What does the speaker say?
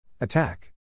Attack